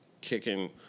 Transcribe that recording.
kicking